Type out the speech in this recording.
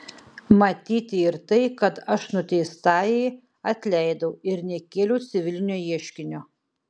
matyti ir tai kad aš nuteistajai atleidau ir nekėliau civilinio ieškinio